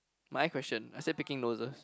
my question I said picking noses